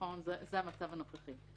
זה המצב הנוכחי.